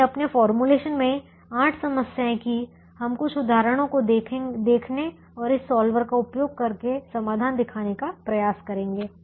हमने अपने फॉर्मूलेशन में आठ समस्याएं कीं हम कुछ उदाहरणों को देखने और इस सॉल्वर का उपयोग करके समाधान दिखाने का प्रयास करेंगे